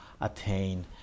attain